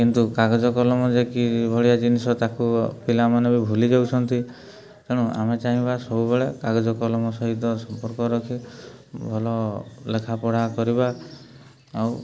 କିନ୍ତୁ କାଗଜ କଲମ ଯେ କି ଭଳିଆ ଜିନିଷ ତା'କୁ ପିଲାମାନେ ବି ଭୁଲି ଯାଉଛନ୍ତି ତେଣୁ ଆମେ ଚାହିଁବା ସବୁବେଳେ କାଗଜ କଲମ ସହିତ ସମ୍ପର୍କ ରଖି ଭଲ ଲେଖାପଢ଼ା କରିବା ଆଉ